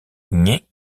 peut